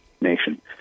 nation